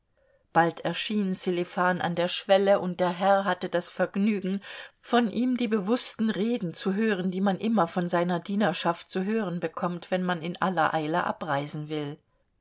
bald erschien sselifan an der schwelle und der herr hatte das vergnügen von ihm die bewußten reden zu hören die man immer von seiner dienerschaft zu hören bekommt wenn man in aller eile abreisen will